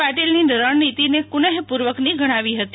પાટિની રણનીતીને કુનેહ પુર્વકની ગણાવી હતી